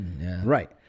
right